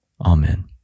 Amen